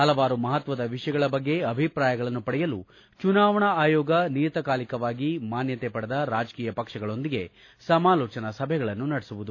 ಹಲವಾರು ಮಹತ್ನದ ವಿಷಯಗಳ ಬಗ್ಗೆ ಅಭಿಪ್ರಾಯಗಳನ್ನು ಪಡೆಯಲು ಚುನಾವಣಾ ಆಯೋಗ ನಿಯತಕಾಲಿಕವಾಗಿ ಮಾನ್ಲತೆ ಪಡೆದ ರಾಜಕೀಯ ಪಕ್ಷಗಳೊಂದಿಗೆ ಸಮಾಲೋಚನಾ ಸಭೆಗಳನ್ನು ನಡೆಸುವುದು